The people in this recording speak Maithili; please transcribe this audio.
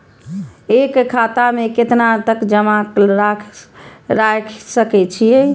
एक खाता में केतना तक जमा राईख सके छिए?